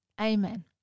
Amen